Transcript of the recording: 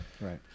Right